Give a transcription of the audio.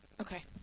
Okay